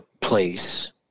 place